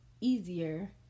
easier